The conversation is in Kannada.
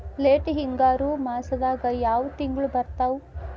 ಲೇಟ್ ಹಿಂಗಾರು ಮಾಸದಾಗ ಯಾವ್ ತಿಂಗ್ಳು ಬರ್ತಾವು?